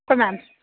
ꯑꯩꯈꯣꯏ ꯃꯌꯥꯝ